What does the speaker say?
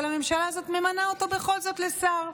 אבל הממשלה הזאת ממנה אותו בכל זאת לשר.